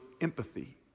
empathy